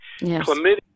chlamydia